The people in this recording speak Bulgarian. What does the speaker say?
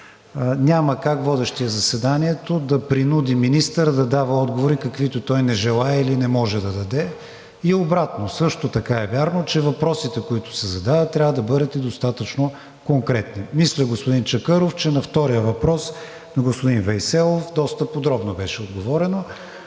Няма как водещият заседанието да принуди министър да дава отговори, каквито той не желае или не може да даде, и обратно, също така е вярно, че въпросите, които се задават, трябва да бъдат и достатъчно конкретни. Мисля, господин Чакъров, че на втория въпрос, на господин Вейселов, доста подробно беше отговорено.